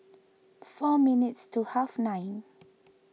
four minutes to half nine